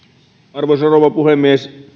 arvoisa rouva puhemies